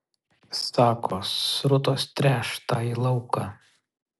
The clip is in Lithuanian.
sako srutos tręš tąjį lauką